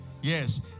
Yes